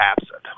absent